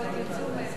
טוב.